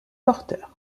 porter